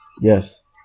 yes